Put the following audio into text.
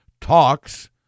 Talks